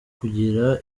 kugira